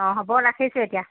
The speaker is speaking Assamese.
অঁ হ'ব ৰাখিছোঁ এতিয়া